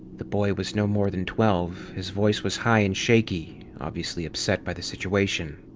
the boy was no more than twelve his voice was high and shaky, obviously upset by the situation.